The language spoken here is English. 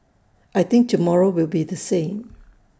I think tomorrow will be the same